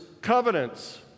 covenants